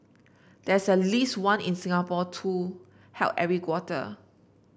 there's at least one in Singapore too held every quarter